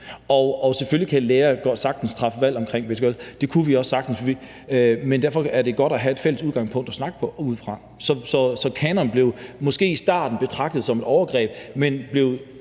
og selvfølgelig kan lærere sagtens træffe valg om det. Men derfor er det alligevel godt at have et fælles udgangspunkt at snakke ud fra. Så en kanon blev måske i starten betragtet som et overgreb, men blev